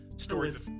stories